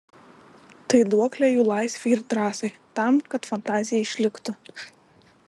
tai duoklė jų laisvei ir drąsai tam kad fantazija išliktų